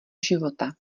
života